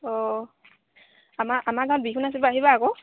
অঁ আমাৰ আমাৰ গাঁৱত বিহু নাচিব আহিবা আকৌ